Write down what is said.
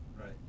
Right